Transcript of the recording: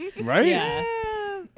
Right